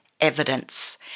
evidence